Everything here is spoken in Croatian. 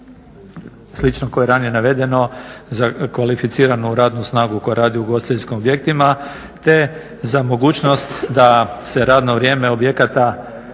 slično kao i ranije navedeno za kvalificiranu radnu snagu koja radi u ugostiteljskim objektima te za mogućnost da se radno vrijeme objekata